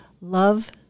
love